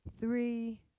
three